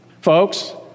Folks